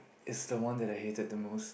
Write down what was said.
is the one that I hated the most